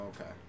okay